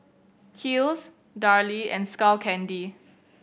Kiehl's Darlie and Skull Candy